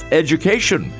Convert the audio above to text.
education